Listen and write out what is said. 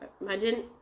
imagine